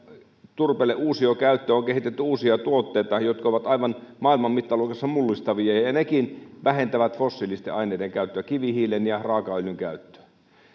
turpeelle uusiokäyttöä on kehitetty uusia tuotteita jotka ovat aivan maailman mittaluokassa mullistavia ja ja nekin vähentävät fossiilisten aineiden käyttöä kivihiilen ja raakaöljyn käyttöä